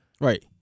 Right